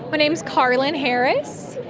my name is carlyn harris.